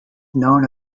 known